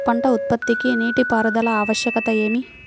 పంట ఉత్పత్తికి నీటిపారుదల ఆవశ్యకత ఏమి?